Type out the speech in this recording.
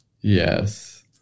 Yes